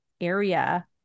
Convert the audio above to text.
area